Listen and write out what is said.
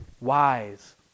wise